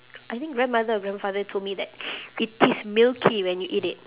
I think grandmother or grandfather told that it tastes milky when you eat it